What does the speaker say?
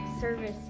service